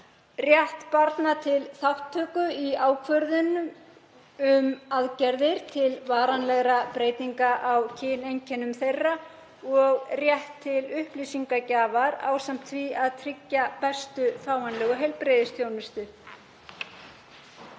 rétt barna til þátttöku í ákvörðunum um aðgerðir til varanlegrar breytingar á kyneinkennum þeirra og rétt til upplýsingagjafar ásamt því að tryggja bestu fáanlegu heilbrigðisþjónustu.